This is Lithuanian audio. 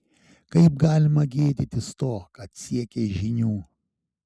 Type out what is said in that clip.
kaip galima gėdytis to kad siekei žinių